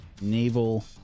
Naval